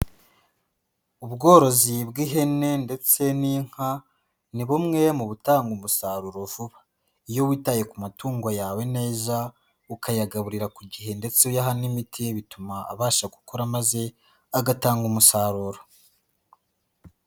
Ubworozi bw'ihene ndetse n'inka, ni bumwe mu butanga umusaruro vuba, iyo witaye ku matungo yawe neza, ukayagaburira ku gihe ndetse uyaha n'imiti bituma abasha gukura maze agatanga umusaruro.